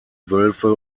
wölfe